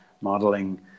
modeling